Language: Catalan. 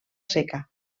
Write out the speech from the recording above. seca